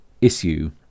issue